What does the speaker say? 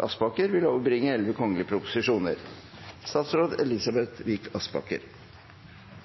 Per Olaf Lundteigen vil